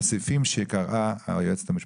לסעיפים שקראה היועצת המשפטית.